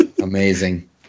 Amazing